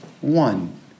one